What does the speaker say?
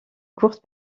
courte